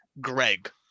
greg